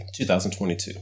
2022